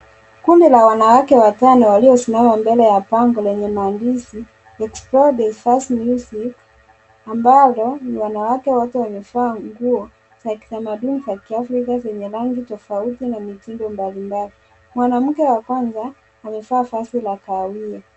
Kundi la wanawake watano waliosimama mbele ya bango lenye maandishi, Explore the First Music, ambalo ni wanawake wote wamevaa nguo za kitamaduni za Kiafrika, zenye rangi tofauti na mitindo mbali mbali. Mwanamke wa kwanza, amevaa vazi la kahawia.